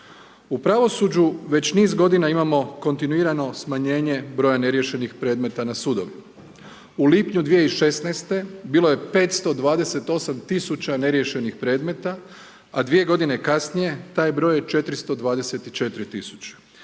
U pravosuđu već niz godina imamo kontinuirano smanjenje broja neriješenih predmeta na sudovima. U lipnju 2016. bilo je 528 000 neriješenih predmeta, a dvije godine kasnije taj broj je 424 000.